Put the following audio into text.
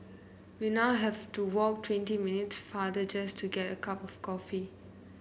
we now have to walk twenty minutes farther just to get a cup of coffee